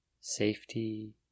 Safety